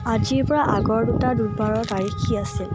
আজিৰ পৰা আগৰ দুটা বুধবাৰৰ তাৰিখ কি আছিল